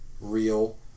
real